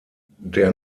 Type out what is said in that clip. der